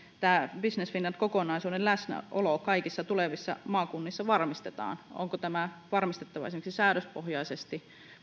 tämän business finland kokonaisuuden läsnäolo kaikissa tulevissa maakunnissa varmistetaan onko tämä varmistettava esimerkiksi säädöspohjaisesti